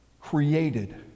created